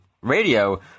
radio